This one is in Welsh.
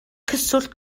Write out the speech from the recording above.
cyswllt